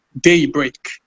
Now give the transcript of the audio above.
daybreak